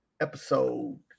episode